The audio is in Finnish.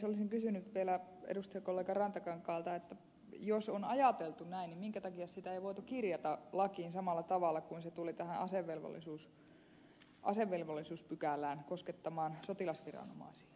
olisin kysynyt vielä edustajakollega rantakankaalta että jos on ajateltu näin niin minkä takia sitä ei voitu kirjata lakiin samalla tavalla kuin se tuli asevelvollisuuspykälään koskettamaan sotilasviranomaisia